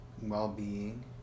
well-being